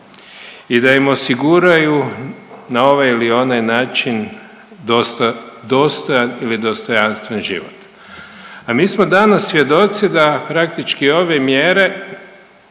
i da im osiguraju na ovaj ili onaj način dostojan ili dostojanstven život. A mi smo danas svjedoci da praktički ove mjere